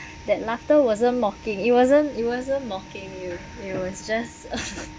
that laughter wasn't mocking it wasn't it wasn't mocking you it was just